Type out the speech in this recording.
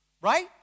Right